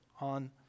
on